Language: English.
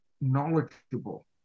knowledgeable